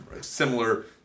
similar